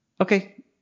Okay